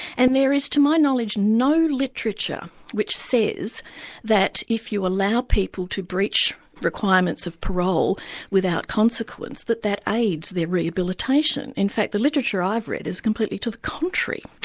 and there is, to my knowledge, no literature which says that if you allow people to breach requirements of parole without consequence, that that aids their rehabilitation. in fact the literature i've read is completely to the contrary.